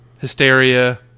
hysteria